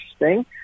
interesting